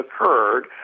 occurred